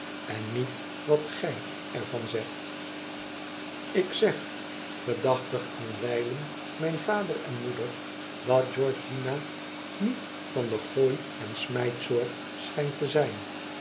en niet wat gij er van zegt ik zeg gedachtig aan wijlen mijn vader en moeder dat georgiana niet van de gooi en smijtsoort schijnt te zijn